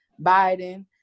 Biden